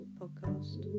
podcast